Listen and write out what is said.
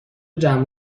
جمع